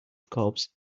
cobs